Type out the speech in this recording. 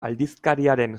aldizkariaren